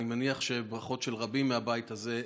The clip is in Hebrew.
ואני מניח שברכות של רבים מהבית הזה,